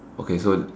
okay so